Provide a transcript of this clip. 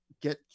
get